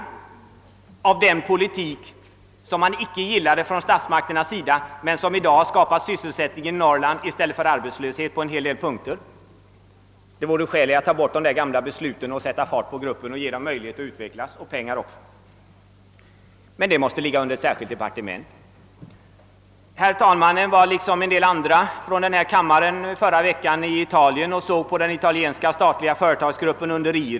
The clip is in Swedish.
Denna företagsamhet gillades inte från början av statsmakterna men den skapar i dag sysselsättning i stället för arbetslöshet i Norrland. Det vore emellertid nu skäl att ta bort de gamda besluten och ge gruppen möjlighet att utvecklas. Herr talmannen var liksom några andra ledamöter av denna kammare förra veckan i Italien och studerade den italienska statliga företagsgruppen I.R.I.